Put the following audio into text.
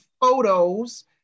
photos